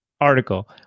article